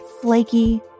flaky